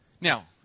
Now